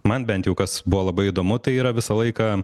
man bent jau kas buvo labai įdomu tai yra visą laiką